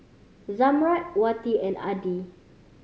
Zamrud Wati and Adi